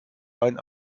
ein